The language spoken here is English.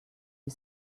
you